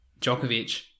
Djokovic